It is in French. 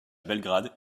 belgrade